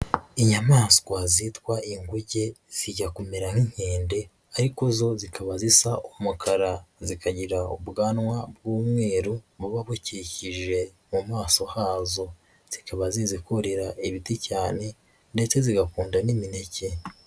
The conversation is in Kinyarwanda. Inyamaswa zitwa inguge zijya kumera nk'inkende ariko zo zikaba zisa umukara, zikagira ubwanwa bw'umweru buba bukikije mu maso hazo, zikaba zizi kurira ibiti cyane ndetse zigakunda n'imineke.